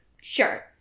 Sure